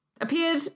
appeared